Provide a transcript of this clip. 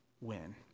win